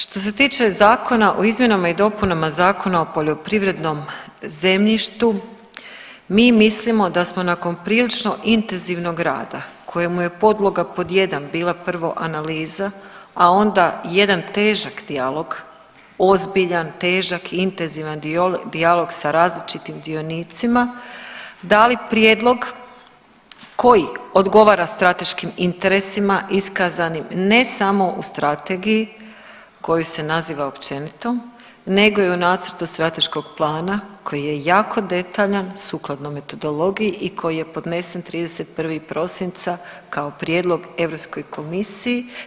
Što se tiče Zakona o izmjenama i dopunama Zakon o poljoprivrednom zemljištu mi mislimo da smo nakon prilično intenzivnog rada kojemu je podloga, pod jedan bila prvo analiza, a onda jedan težak dijalog, ozbiljan, težak i intenzivan dijalog sa različitim dionicima dali prijedlog koji odgovara strateškim interesima iskazanim ne samo u strategiji koju se naziva općenitom, nego i u Nacrtu strateškog plana koji je jako detaljan sukladno metodologiji i koji je podnesen 31. prosinca kao prijedlog Europskoj komisiji.